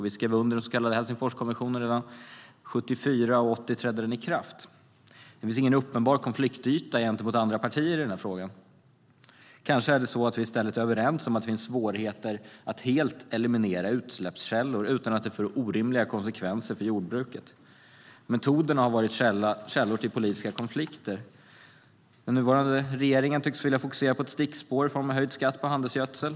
Vi skrev under den så kallade Helsingforskonventionen redan 1974, och 1980 trädde den i kraft. Det finns ingen uppenbar konfliktyta gentemot andra partier i den här frågan. Kanske är det i stället så att vi är överens om att det finns svårigheter att helt eliminera utsläppskällor utan att det får orimliga konsekvenser för jordbruket. Metoderna har varit källor till politiska konflikter. Den nuvarande regeringen tycks vilja fokusera på ett stickspår i form av höjd skatt på handelsgödsel.